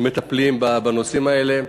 ומטפלים בנושאים האלה,